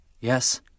Yes